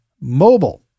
Mobile